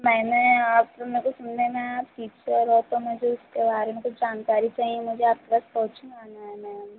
मैंने आप मेरे को सुनने में आया आप टीचर हो तो मुझे उसके बारे में कुछ जानकारी चाहिए मुझे आपके पास कोचिंग आना है मैम